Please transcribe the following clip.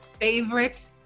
favorite